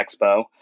Expo